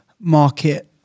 Market